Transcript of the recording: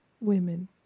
women